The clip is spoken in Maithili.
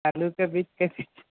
आलू के बीज कैसे छै